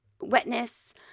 wetness